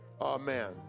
Amen